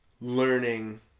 learning